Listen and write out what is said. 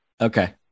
okay